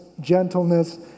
gentleness